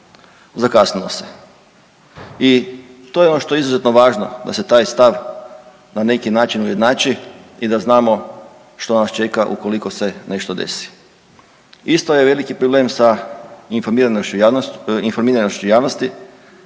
zakasnilo se. I to je ono što je izuzetno važno da se taj stav na neki način ujednači i da znam što nas čeka ukoliko se nešto desi. Isto je veliki problem sa informiranošću javnosti,